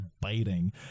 biting